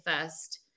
first